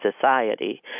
society